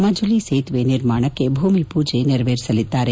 ಮಜುಲಿ ಸೇತುವೆ ನಿರ್ಮಾಣಕ್ಕೆ ಭೂಮಿ ಪೂಜೆ ನೆರವೇರಿಸಲಿದ್ದಾರೆ